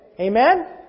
Amen